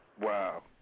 Wow